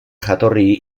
jatorri